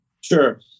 Sure